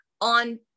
on